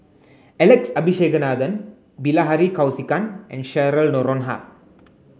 Alex Abisheganaden Bilahari Kausikan and Cheryl Noronha